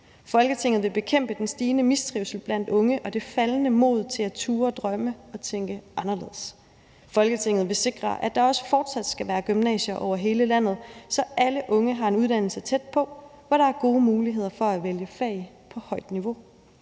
Folketinget vil bekæmpe den stigende mistrivsel blandt unge og det faldende mod til at turde drømme og tænke anderledes. Folketinget vil sikre, at der også fortsat skal være gymnasier over hele landet, så alle unge har en uddannelse tæt på, hvor der er gode muligheder for at vælge fag på højt niveau.